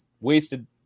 Wasted